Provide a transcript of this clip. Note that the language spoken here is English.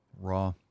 raw